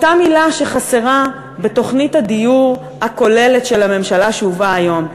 אותה מילה שחסרה בתוכנית הדיור הכוללת של הממשלה שהובאה היום.